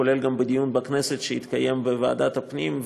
גם בדיון בכנסת שהתקיים בוועדת הפנים,